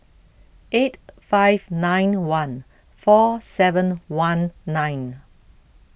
eight five nine one four seven one nine